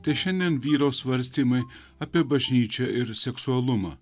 tai šiandien vyro svarstymai apie bažnyčią ir seksualumą